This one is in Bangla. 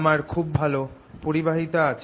তামার খুব ভালো পরিবাহিতা আছে